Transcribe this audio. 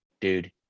dude